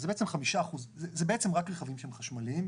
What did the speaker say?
זה בעצם רק רכבים שהם חשמליים,